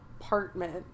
apartment